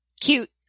Cute